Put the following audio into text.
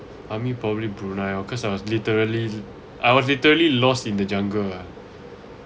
army probably brunei orh cause I was literally I was literally lost in the jungle ah